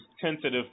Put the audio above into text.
tentative